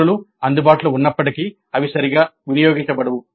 వనరులు అందుబాటులో ఉన్నప్పటికీ అవి సరిగా వినియోగించబడవు